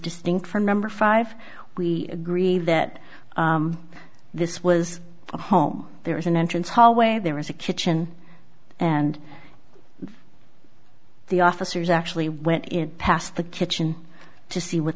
distinct from member five we agree that this was a home there is an entrance hallway there is a kitchen and the officers actually went in past the kitchen to see what